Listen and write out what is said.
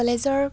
কলেজৰ